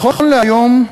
נכון להיום,